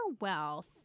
wealth